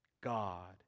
God